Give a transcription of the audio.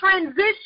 transition